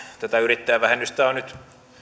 tätä yrittäjävähennystä on nyt